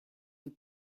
vous